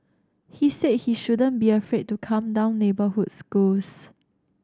he said he shouldn't be afraid to come down neighbourhood schools